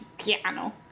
piano